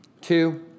Two